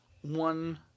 one